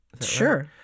sure